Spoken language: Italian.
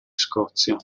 scozia